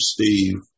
Steve